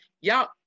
y'all